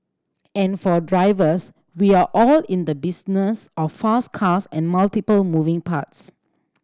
and for drivers we are all in the business of fast cars and multiple moving parts